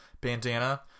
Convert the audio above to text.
bandana